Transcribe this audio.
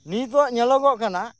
ᱱᱤᱛᱳᱜ ᱧᱮᱞᱚᱜᱚᱜ ᱠᱟᱱᱟ